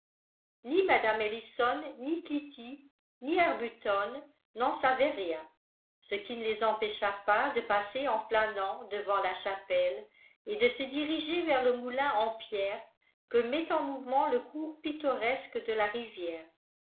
ni kitty ni arbuton n'en savaient rien ce qui ne les empêcha pas de passer en flânant devant la chapelle et de se diriger vers le moulin en pierre que met en mouvement le cours pittoresque de la rivière